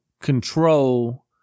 control